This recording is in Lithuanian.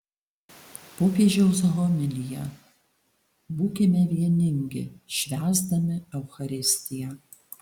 popiežiaus homilija būkime vieningi švęsdami eucharistiją